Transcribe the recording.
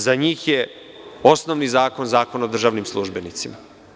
Za njih je osnovni zakon Zakon o državnim službenicima.